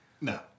no